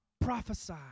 prophesy